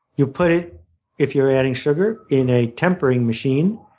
you put it if you're adding sugar in a tempering machine.